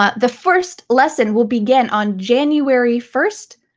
ah the first lesson will begin on january first,